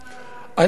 אני חייב להגיד לך,